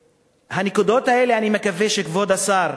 בנקודות האלה אני מקווה שלכבוד השר